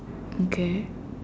okay